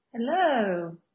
Hello